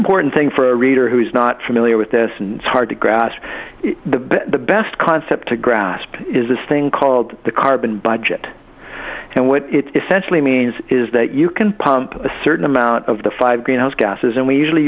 important thing for a reader who is not familiar with this and it's hard to grasp the best concept to grasp is this thing called the carbon budget and what essentially means is that you can pump a certain amount of the five greenhouse gases and we usually